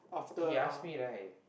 K he ask me right